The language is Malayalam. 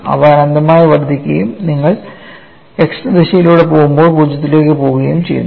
അവ അനന്തമായി വർദ്ധിക്കുകയും നിങ്ങൾ x ദിശയിലൂടെ പോകുമ്പോൾ പൂജ്യത്തിലേക്ക് പോകുകയും ചെയ്യുന്നു